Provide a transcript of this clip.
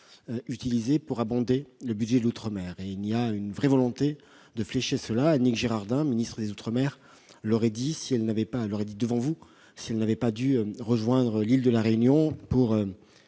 utilisées pour abonder le budget des outre-mer. Notre volonté est vraiment de flécher ces recettes ; Annick Girardin, ministre des outre-mer, l'aurait dit devant vous si elle n'avait pas dû rejoindre l'île de La Réunion pour